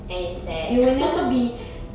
and it's sad